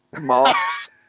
Marks